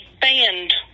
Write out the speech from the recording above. band